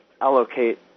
allocate